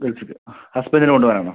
ഗൾഫിലേക്ക് ഹസ്ബൻഡിന് കൊണ്ട് പോകാൻ ആണോ